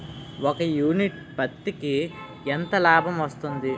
ఒక యూనిట్ పత్తికి ఎంత లాభం వస్తుంది?